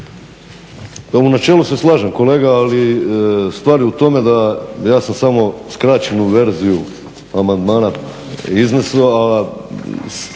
u načelu se slažem kolega, ali stvar je u tome ja sam samo skraćenu verziju amandmana izneso,